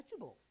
touchable